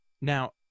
Now